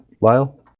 Lyle